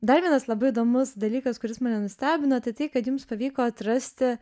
dar vienas labai įdomus dalykas kuris mane nustebino tai kad jums pavyko atrasti